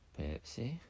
Pepsi